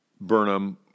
Burnham